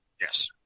Yes